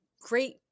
great